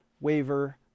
waiver